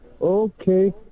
Okay